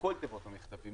לכל תיבות המכתבים,